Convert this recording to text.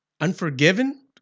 Unforgiven